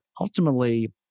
ultimately